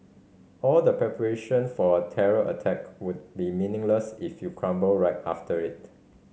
all the preparation for a terror attack would be meaningless if you crumble right after it